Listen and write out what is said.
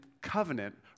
covenant